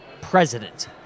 president